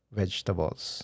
vegetables